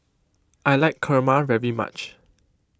I like Kurma very much